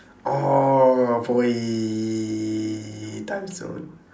orh boy timezone